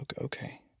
Okay